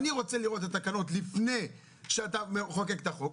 אני רוצה לראות את התקנות לפני שאתה מחוקק את החוק.